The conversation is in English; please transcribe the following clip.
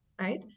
Right